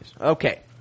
Okay